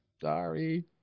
Sorry